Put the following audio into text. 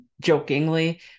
jokingly